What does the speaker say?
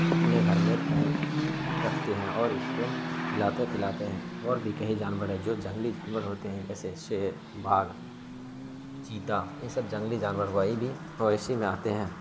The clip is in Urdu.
اپنے گھر میں رکھتے ہیں اور اس کو کھلاتے پلاتے ہیں اور بھی کہی جانور ہیں جو جنگلی جانور ہوتے ہیں جیسے شیر باگھ چیتا یہ سب جنگلی جانور ہوا یہ بھی مویشی میں آتے ہیں